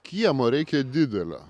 kiemo reikia didelio